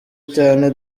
cyane